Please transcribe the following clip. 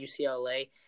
UCLA